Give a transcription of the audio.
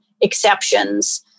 exceptions